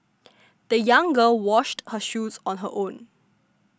the young girl washed her shoes on her own